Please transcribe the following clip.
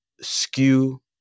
skew